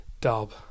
Dub